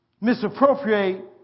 misappropriate